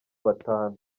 batanu